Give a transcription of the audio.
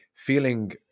Feeling